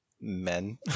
men